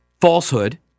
falsehood